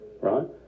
right